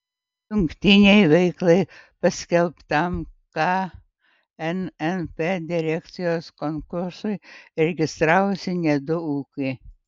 jungtinei veiklai paskelbtam knnp direkcijos konkursui registravosi net du ūkiai